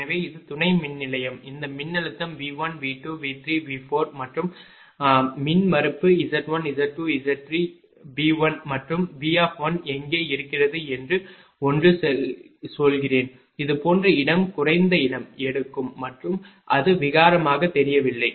எனவே இது துணை மின்நிலையம் இந்த மின்னழுத்தம் V1 V2 V3 V4 மற்றும் மின்மறுப்பு Z1Z2Z3 V1 மற்றும் V எங்கே இருக்கிறது என்று ஒன்று சொல்கிறேன் இது போன்ற இடம் குறைந்த இடம் எடுக்கும் மற்றும் அது விகாரமாக தெரியவில்லை